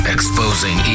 Exposing